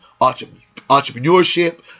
entrepreneurship